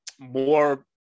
more